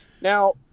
Now